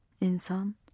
insan